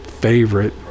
favorite